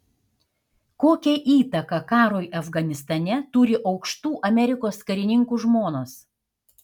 kokią įtaką karui afganistane turi aukštų amerikos karininkų žmonos